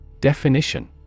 Definition